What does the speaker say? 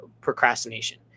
procrastination